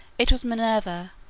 it was minerva,